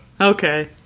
Okay